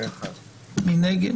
מי נגד?